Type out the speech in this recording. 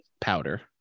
powder